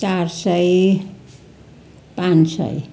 चार सय पाँच सय